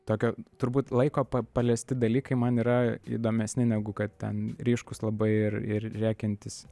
tokio turbūt laiko pa paliesti dalykai man yra įdomesni negu kad ten ryškūs labai ir ir rėkiantys